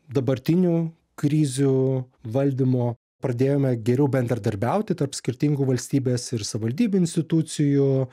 dabartinių krizių valdymo pradėjome geriau bendradarbiauti tarp skirtingų valstybės ir savivaldybių institucijų